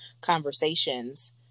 conversations